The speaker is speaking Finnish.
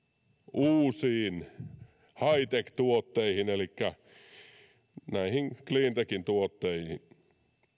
uusiin high tech tuotteisiin elikkä näihin cleantechin tuotteisiin